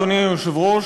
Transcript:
אדוני היושב-ראש,